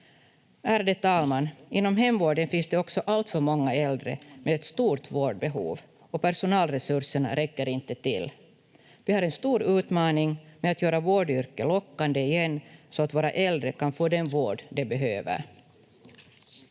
Ärade talman! Inom hemvården finns det också alltför många äldre med ett stort vårdbehov och personalresurserna räcker inte till. Vi har en stor utmaning med att göra vårdyrket lockande igen så att våra äldre kan få den vård de behöver.